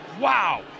wow